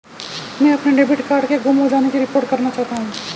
मैं अपने debit card के गुम हो जाने की रिपोर्ट करना चाहता हूँ